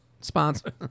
Sponsor